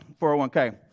401k